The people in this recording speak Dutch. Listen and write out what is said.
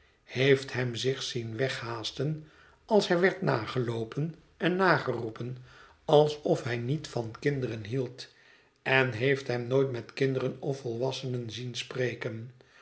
heeft hem zich zien weghaasten als hij werd nageloopen en nageroepen alsof hy niet van kinderen hield en heeft hem nooit met kinderen of volwassenen zien spreken